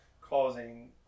causing